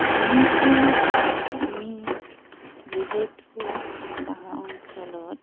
যেনেকৈ আমি যিহেতু গাঁও অঞ্চলত